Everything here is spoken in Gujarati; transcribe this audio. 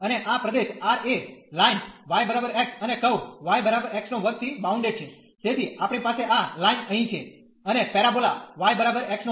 અને આ પ્રદેશ R એ લાઈન y x અને કર્વ yx2 થી બાઉન્ડેડ છે તેથી આપણી પાસે આ લાઈન અહીં છે અને પેરાબોલા yx2